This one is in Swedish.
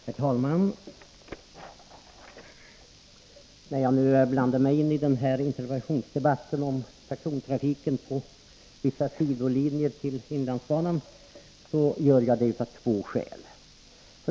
Herr talman! När jag nu blandar mig i den här interpellationsdebatten om persontrafiken på vissa sidolinjer till inlandsbanan så gör jag det av två skäl.